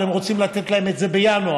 אבל הם רוצים לתת להם את זה בינואר,